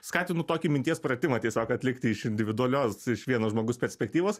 skatinu tokį minties pratimą tiesiog atlikti iš individualios iš vieno žmogus perspektyvos